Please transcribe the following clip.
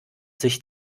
sich